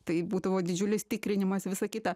tai būdavo didžiulis tikrinimas visą kitą